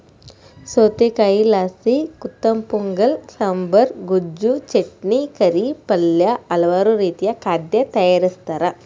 ಸೌತೆಕಾಯಿಲಾಸಿ ಗುಂತಪೊಂಗಲ ಸಾಂಬಾರ್, ಗೊಜ್ಜು, ಚಟ್ನಿ, ಕರಿ, ಪಲ್ಯ ಹಲವಾರು ರೀತಿಯ ಖಾದ್ಯ ತಯಾರಿಸ್ತಾರ